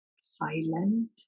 silent